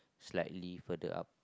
slightly further up